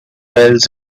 wells